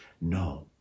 No